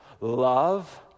love